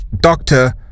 doctor